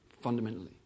fundamentally